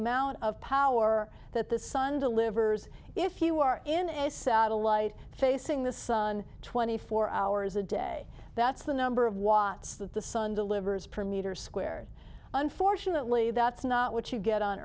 amount of power that the sun delivers if you are in a satellite facing the sun twenty four hours a day that's the number of watts that the sun delivers per meter squared unfortunately that's not what you get on